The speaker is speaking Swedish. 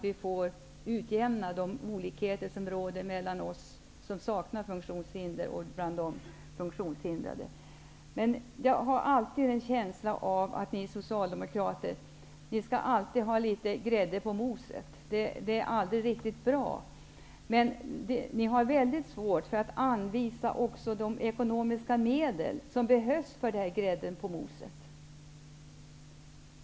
Vi måste utjämna de olikheter som råder mellan de som saknar funktionshinder och de funktionshindrade. Jag har emellertid en känsla av att ni socialdemokrater alltid skall ha litet grädde på moset. Det är aldrig riktigt bra. Ni har dock mycket svårt att anvisa de ekonomiska medel som krävs för grädden på moset.